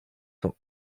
sont